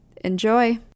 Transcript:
Enjoy